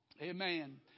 Amen